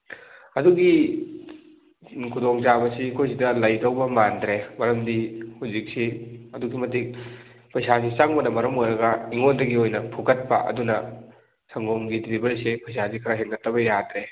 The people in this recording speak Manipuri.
ꯑꯗꯨꯒꯤ ꯈꯨꯗꯣꯡ ꯆꯥꯕꯁꯤ ꯑꯩꯈꯣꯏꯁꯤꯗ ꯂꯩꯗꯧꯕ ꯃꯥꯟꯗ꯭ꯔꯦ ꯃꯔꯝꯗꯤ ꯍꯧꯖꯤꯛꯁꯤ ꯑꯗꯨꯛꯀꯤ ꯃꯇꯤꯛ ꯄꯩꯁꯥꯁꯤ ꯆꯪꯕꯅ ꯃꯔꯝ ꯑꯣꯏꯔꯒ ꯑꯩꯉꯣꯟꯗꯒꯤ ꯑꯣꯏꯅ ꯐꯨꯒꯠꯄ ꯑꯗꯨꯅ ꯁꯪꯒꯣꯝꯒꯤ ꯗꯦꯂꯤꯚꯔꯤꯁꯤ ꯄꯩꯁꯥꯁꯦ ꯈꯔ ꯍꯦꯟꯒꯠꯇꯕ ꯌꯥꯗ꯭ꯔꯦ